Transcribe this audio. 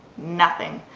nothing.